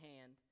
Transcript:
hand